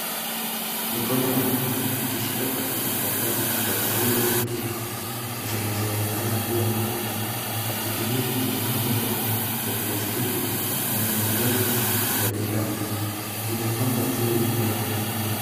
Mikono ya mtu ikishika paketi kadhaa za taulo za kike zinazoonekana kuwa mpya. Paketi hizi zimefunikwa kwa plastiki na zina lebo za bidhaa. Zimepangwa juu ya meza.